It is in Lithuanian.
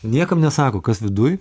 niekam nesako kas viduj